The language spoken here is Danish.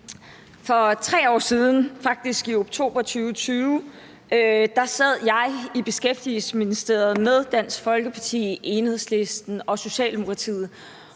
For 3 år siden, faktisk i oktober 2020, sad jeg i Beskæftigelsesministeriet med Dansk Folkeparti, Enhedslisten og Socialdemokratiet